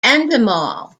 endemol